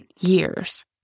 years